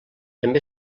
també